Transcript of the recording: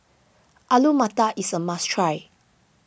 Alu Matar is a must try